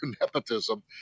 nepotism